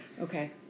Okay